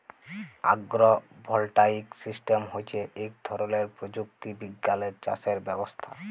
আগ্র voltaic system হচ্যে ইক ধরলের প্রযুক্তি বিজ্ঞালের চাসের ব্যবস্থা